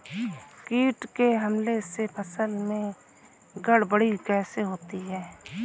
कीट के हमले से फसल में गड़बड़ी कैसे होती है?